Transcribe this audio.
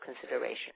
consideration